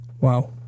Wow